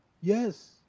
Yes